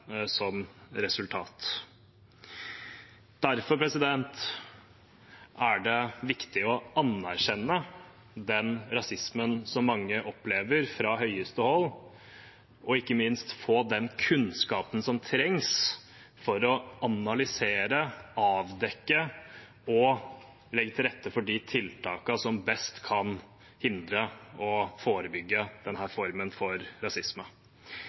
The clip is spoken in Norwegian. som resultat. Derfor er det viktig å anerkjenne den rasismen som mange opplever fra høyeste hold, og ikke minst få den kunnskapen som trengs for å analysere, avdekke og legge til rette for de tiltakene som best kan hindre og forebygge denne formen for rasisme.